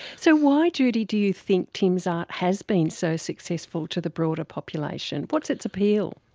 so why, judy, do you think tim's art has been so successful to the broader population? what's its appeal?